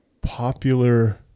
popular